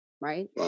right